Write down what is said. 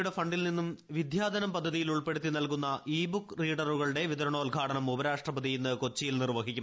യുടെ ഫണ്ടിൽ നിന്നും വിദ്യാധനം പദ്ധതി യിൽ ഉൾപ്പെടുത്തി നൽകുന്ന ഇ ബുക്ക് റീഡറുകളുടെ വിതര ണോദ്ഘാടനം ഉപരാഷ്ട്രപതി ഇന്ന് കൊച്ചിയിൽ നിർവ്വഹിക്കും